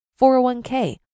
401k